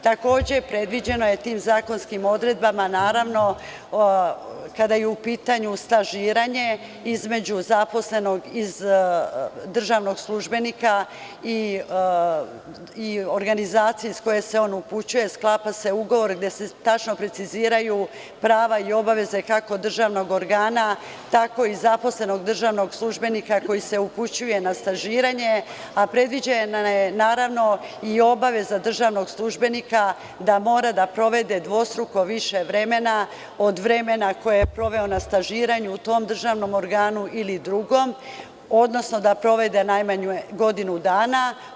Takođe, tim zakonskim odredbama predviđeno je, naravno kada je u pitanju stažiranje, između zaposlenog državnog službenika i organizacije iz koje se on upućuje sklapa se ugovor gde se tačno preciziraju prava i obaveze kako državnog organa tako i zaposlenog državnog službenika koji se upućuje na stažiranje, a predviđena je i obaveza državnog službenika da mora da provede dvostruko više vremena od vremena koje je proveo na stažiranju u tom državnom organu ili drugom, odnosno da provede najmanje godinu dana.